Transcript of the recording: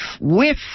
whiff